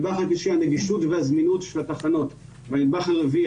הנדבך השלישי הוא הנגישות והזמינות של התחנות והנדבך הרביעי,